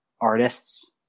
artists